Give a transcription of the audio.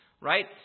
right